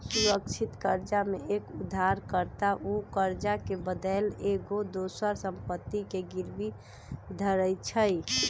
सुरक्षित करजा में एक उद्धार कर्ता उ करजा के बदलैन एगो दोसर संपत्ति के गिरवी धरइ छइ